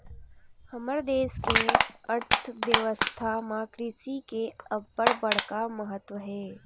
हमर देस के अर्थबेवस्था म कृषि के अब्बड़ बड़का महत्ता हे